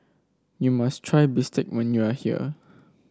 you must try bistake when you are here